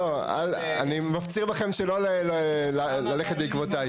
נמנעתי, ואני מפציר בכם שלא ללכת בעקבותיי.